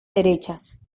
derechas